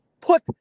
put